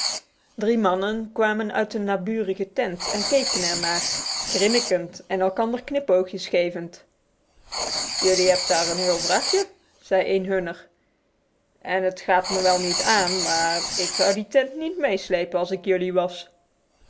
drie mannen kwamen uit een naburige tent en keken er naar grinnikend en elkander knipoogjes gevend jelui hebt daar een heel vrachtje zei een hunner en het gaat me wel niet aan maar ik zou die tent niet meeslepen als ik jullie was